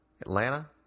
Atlanta